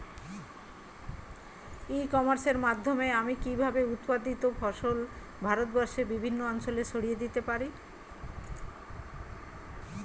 ই কমার্সের মাধ্যমে আমি কিভাবে উৎপাদিত ফসল ভারতবর্ষে বিভিন্ন অঞ্চলে ছড়িয়ে দিতে পারো?